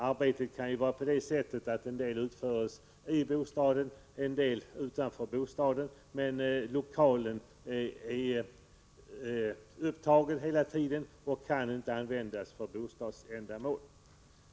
Arbetet kan ju vara utformat så, att en del utföres i bostaden och en del utanför bostaden, men lokalen kan vara upptagen hela tiden och kan därmed inte användas för bostadsändamål.